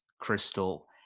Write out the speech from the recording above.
crystal